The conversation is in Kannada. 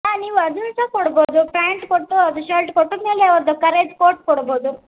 ಹಾಂ ನೀವು ಅದುನ್ನ ಸಹ ಕೋಡ್ಬೋದು ಪ್ಯಾಂಟ್ ಕೊಟ್ಟು ಅದು ಶಲ್ಟ್ ಕೊಟ್ಟದ್ಮೇಲೆ ಅವ್ರದ್ದು ಕರೆಟ್ ಕೋಟ್ ಕೋಡ್ಬೋದು